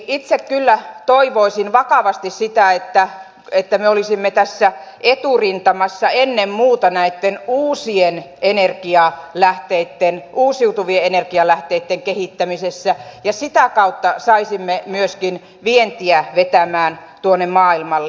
itse kyllä toivoisin vakavasti sitä että me olisimme tässä eturintamassa ennen muuta näitten uusien energialähteitten uusiutuvien energialähteitten kehittämisessä ja sitä kautta saisimme myöskin vientiä vetämään tuonne maailmalle